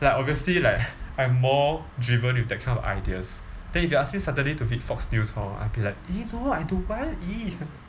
like obviously like I'm more driven with that kind of ideas then if you ask me suddenly to read fox news hor I'll be like !ee! no I don't want !ee!